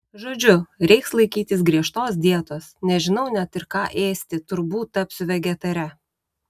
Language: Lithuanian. žodžiu reiks laikytis griežtos dietos nežinau net ir ką ėsti turbūt tapsiu vegetare